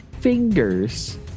fingers